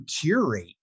curate